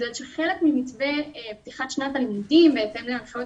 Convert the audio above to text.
בגלל שחלק ממתווה פתיחת שנת הלימודים בהתאם להנחיות